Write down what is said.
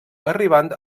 arribant